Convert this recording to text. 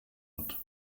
wird